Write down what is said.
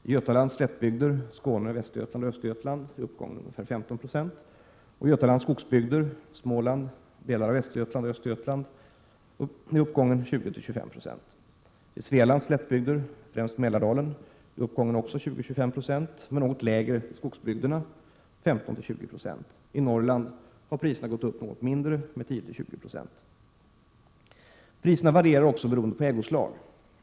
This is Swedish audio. I Götalands slättbygder, Skåne, Västergötland och Östergötland, är uppgången ungefär 15 96, och i Götalands skogsbygder, Småland, delar av Västergötland och Östergötland är uppgången 20-25 96. I Svealands slättbygder, främst Mälardalen, är uppgången också 20-25 26, men något lägre i skogsbygderna, 15-20 96. I Norrland har priserna gått upp något mindre, med 10-20 96. Priserna varierar också beroende på ägoslag.